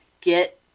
get